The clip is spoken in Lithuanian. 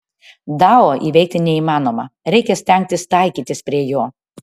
dao įveikti neįmanoma reikia stengtis taikytis prie jo